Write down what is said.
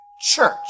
church